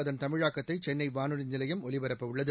அதன் தமிழாக்கத்தை சென்னை வானொலி நிலையம் ஒலிபரப்பவுள்ளது